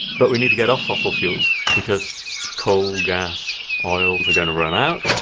but we need to get off fossil fuels because coal, gas, oil are going to run out.